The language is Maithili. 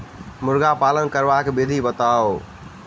मुर्गी पालन करबाक विधि बताऊ?